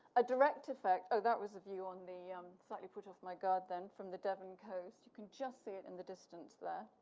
a direct effect, oh that was a view on the um slightly put off my guard then from the devon coast you can just see it in the distance there,